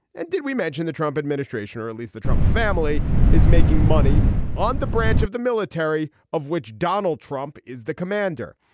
and did we mention the trump administration or at least the trump family is making money on the branch of the military of which donald trump is the commander.